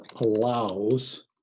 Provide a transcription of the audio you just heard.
allows